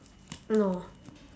no